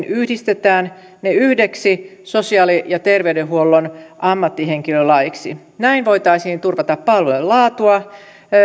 yhdistetään yhdeksi sosiaali ja terveydenhuollon ammattihenkilölaiksi näin voitaisiin turvata palvelujen laatua